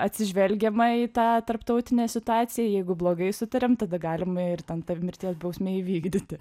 atsižvelgiama į tą tarptautinę situaciją jeigu blogai sutariam tada galim ir ten ta mirties bausmę įvykdyti